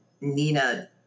Nina